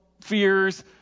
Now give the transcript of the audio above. fears